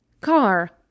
Car